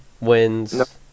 wins